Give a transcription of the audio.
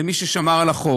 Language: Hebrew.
מי ששמר על החוק,